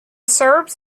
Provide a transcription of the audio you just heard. serbs